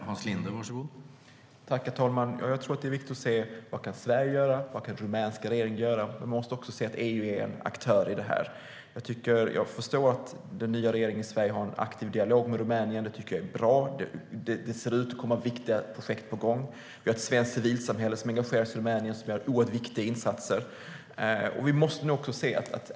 Herr talman! Jag tror att det är viktigt att se vad Sverige och den rumänska regeringen kan göra. Men man måste också se att EU är en aktör här. Jag tycker mig förstå att den nya regeringen i Sverige har en aktiv dialog med Rumänien. Det tycker jag är bra. Det ser ut att vara viktiga projekt på gång. Vi har ett svenskt civilsamhälle som engagerar sig i Rumänien och gör oerhört viktiga insatser.